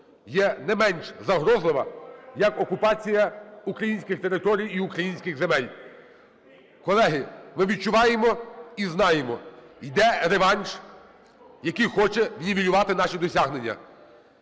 є не менш загрозлива як окупація українських територій і українських земель. Колеги, ми відчуваємо і знаємо: йде реванш, який хоче нівелювати наші досягнення.